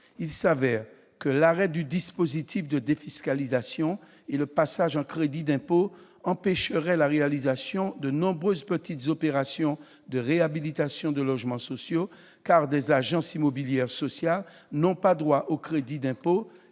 Il s'avère que l'arrêt du dispositif de défiscalisation et le passage en crédit d'impôt empêcheraient la réalisation de nombreuses petites opérations de réhabilitation de logements sociaux, car des agences immobilières sociales n'ont pas droit au crédit d'impôt